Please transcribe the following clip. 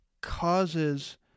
causes